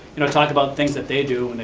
you know talk about things that they do,